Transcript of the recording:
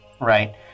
right